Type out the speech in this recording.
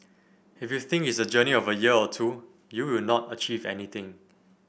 if you think it's a journey of a year or two you will not achieve anything